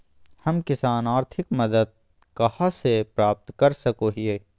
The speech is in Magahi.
हम किसान आर्थिक मदत कहा से प्राप्त कर सको हियय?